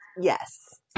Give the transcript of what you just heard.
yes